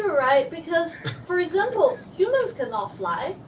right? because for example, humans cannot fly,